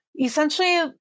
essentially